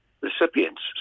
recipients